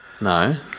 No